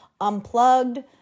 unplugged